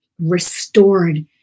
restored